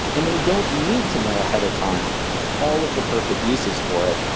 and they don't need to know ahead of time all of the perfect uses for it.